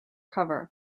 cover